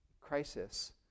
crisis